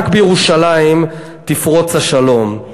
רק בירושלים יפרוץ השלום.